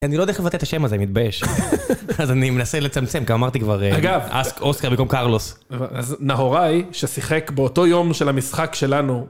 אני לא יודע איך לבטא את השם הזה, אני מתבייש. אז אני מנסה לצמצם, כי שאמרתי כבר. אגב. אסק רוסק במקום קרלוס. אז נהוראי ששיחק באותו יום של המשחק שלנו.